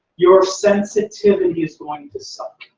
your sensitivity is going to suffer.